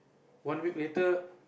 one week later